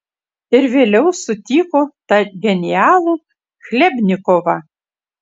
ir vėliau sutiko tą genialų chlebnikovą